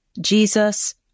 Jesus